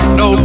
no